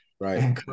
Right